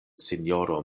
sinjoro